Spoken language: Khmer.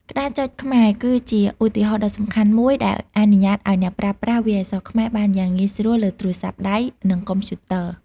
ក្តារចុចខ្មែរ គឺជាឧទាហរណ៍ដ៏សំខាន់មួយដែលអនុញ្ញាតឱ្យអ្នកប្រើប្រាស់វាយអក្សរខ្មែរបានយ៉ាងងាយស្រួលលើទូរស័ព្ទដៃ និងកុំព្យូទ័រ។